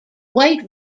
white